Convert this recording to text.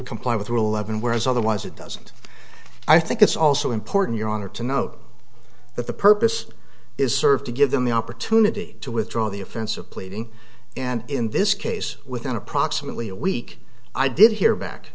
comply with rule eleven whereas otherwise it doesn't i think it's also important your honor to note that the purpose is served to give them the opportunity to withdraw the offense of pleading and in this case within approximately a week i did hear back